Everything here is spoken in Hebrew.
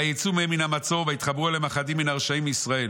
"ויצאו מהם מן המצור ויתחברו אליהם אחדים מן הרשעים מישראל.